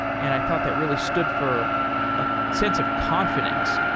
and i thought that really stood for a sense of confidence,